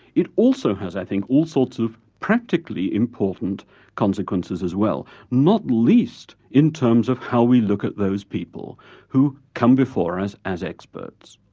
it also has, i think, all sorts of practically important consequences as well, not least in terms of how we look at those people who come before us as experts.